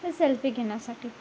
ते सेल्फी घेण्यासाठी